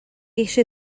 eisiau